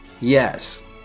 yes